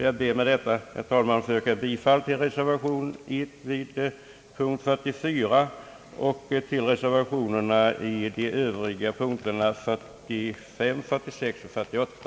Jag ber med detta, herr talman, att få yrka bifall till reservationen under punkten 44.